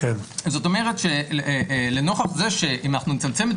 זאת אומרת לנוכח זה שאם אנחנו נצמצם את